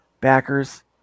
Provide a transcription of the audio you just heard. backers